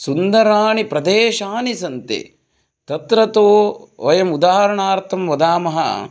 सुन्दराणि प्रदेशानि सन्ति तत्र तु वयम् उदाहरणार्थं वदामः